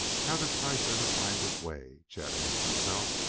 how did kreiss ever find his way? chet asked himself.